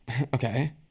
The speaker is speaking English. Okay